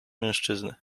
mężczyzny